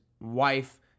wife